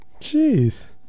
Jeez